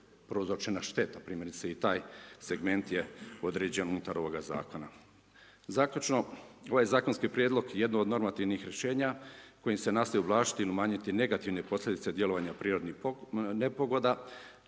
prouzročena šteta, primjerice i taj segment je određen unutar ovog zakona. Zaključno ovaj zakonski prijedlog je jedno od normativnih rješenja kojim se nastoji ublažiti ili umanjiti negativne posljedice djelovanja prirodnih nepogoda,